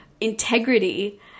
integrity